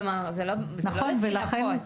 כלומר, זה לא לפי נפות.